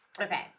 Okay